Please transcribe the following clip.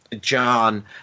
John